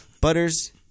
Butters